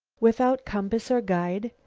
without compass or guide?